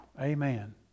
Amen